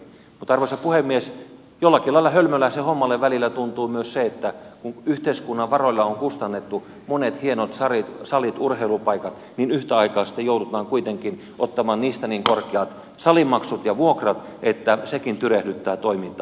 mutta arvoisa puhemies jollakin lailla hölmöläisen hommalta välillä tuntuu myös se että kun yhteiskunnan varoilla on kustannettu monet hienot salit urheilupaikat niin yhtä aikaa sitten joudutaan kuitenkin ottamaan niistä niin korkeat salimaksut ja vuokrat että sekin tyrehdyttää toimintaa